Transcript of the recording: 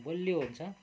बलियो हुन्छ